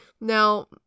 Now